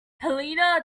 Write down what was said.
helena